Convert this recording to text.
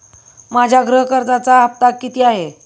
माझ्या गृह कर्जाचा हफ्ता किती आहे?